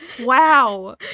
Wow